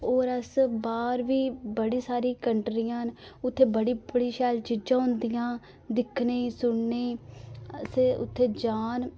और अस बाह्र बी बड़ी सारी कंट्रियां न उत्थै बड़ी शैल चीजां होंदियां दिक्खने गी सुनने गी अस उत्थै जाह्न